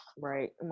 right